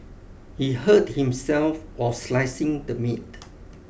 he hurt himself while slicing the meat